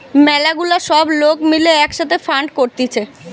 ম্যালা গুলা সব লোক মিলে এক সাথে ফান্ড করতিছে